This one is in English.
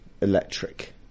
electric